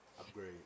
Upgrade